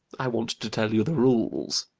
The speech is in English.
i want to tell you the rules.